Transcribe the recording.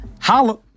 holla